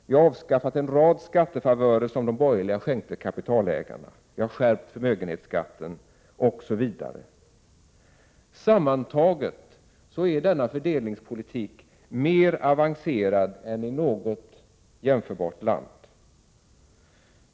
Vi har avskaffat en rad skattefavörer som de borgerliga skänkte kapitalägarna. Vi har skärpt förmögenhetsskatten osv. Sammantaget är denna fördelningspolitik mer avancerad än i något jämförbart land.